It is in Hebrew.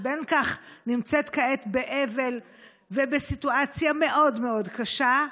שבין כך נמצאת באבל ובסיטואציה מאוד מאוד קשה.